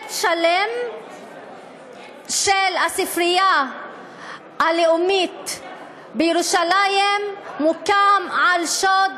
פרויקט שלם של הספרייה הלאומית בירושלים מוקם על שוד